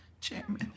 Chairman